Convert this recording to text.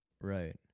Right